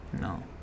No